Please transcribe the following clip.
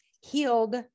Healed